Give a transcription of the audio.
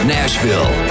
Nashville